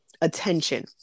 attention